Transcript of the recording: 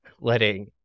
letting